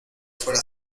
fuera